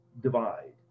divide